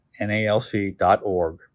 NALC.org